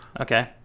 Okay